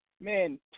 man